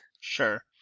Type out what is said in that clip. Sure